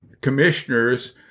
commissioners